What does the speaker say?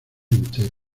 entero